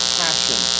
passion